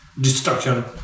destruction